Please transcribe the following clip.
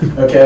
Okay